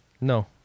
No